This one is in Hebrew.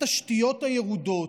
התשתיות הירודות,